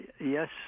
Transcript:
yes